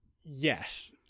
Yes